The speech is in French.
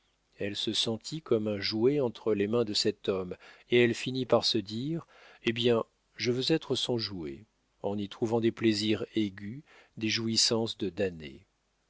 elle se sentit comme un jouet entre les mains de cet homme et elle finit par se dire eh bien je veux être son jouet en y trouvant des plaisirs aigus des jouissances de damné